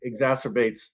exacerbates